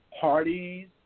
parties